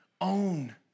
own